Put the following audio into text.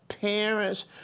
Parents